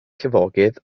llifogydd